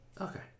Okay